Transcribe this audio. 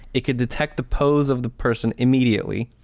it could detect the pose of the person immediately,